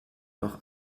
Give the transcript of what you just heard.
noch